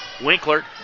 Winkler